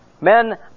Men